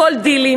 הכול דילים,